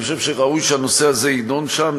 אני חושב שראוי שהנושא הזה יידון שם,